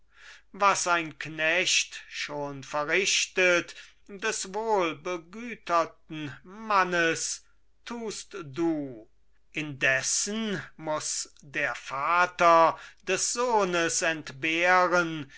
was ein knecht schon verrichtet des wohlbegüterten mannes tust du indessen muß der vater des sohnes entbehren